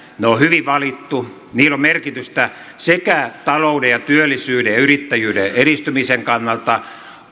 ne on hyvin valittu niillä on merkitystä talouden ja työllisyyden ja yrittäjyyden edistymisen kannalta